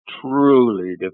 truly